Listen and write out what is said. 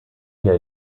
der